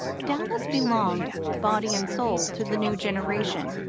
dallas belonged body and soul to the new generation.